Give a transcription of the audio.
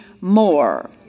more